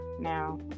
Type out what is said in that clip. now